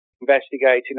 investigating